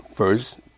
First